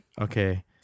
okay